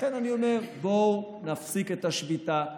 לכן אני אומר: בואו נפסיק את השביתה,